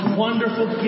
wonderful